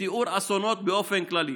לתיאור אסונות באופן כללי.